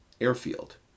Airfield